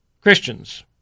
Christians